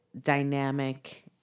dynamic